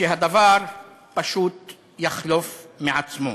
שהדבר פשוט יחלוף מעצמו".